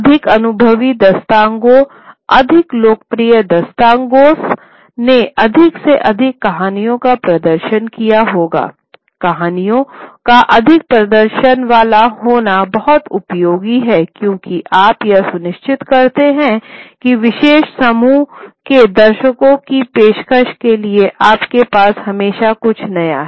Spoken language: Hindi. अधिक अनुभवी दास्तांगो अधिक लोकप्रिय दास्तांगोस ने अधिक से अधिक कहानियों का प्रदर्शन किया होगा कहानियों का अधिक प्रदर्शनों वाला होना बहुत उपयोगी है क्योंकि आप यह सुनिश्चित करते हैं कि विशेष समूह के दर्शकों की पेशकश के लिए आपके पास हमेशा कुछ नया हैं